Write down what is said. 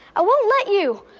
i won't let you.